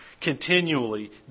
continually